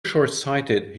shortsighted